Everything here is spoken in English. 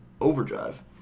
overdrive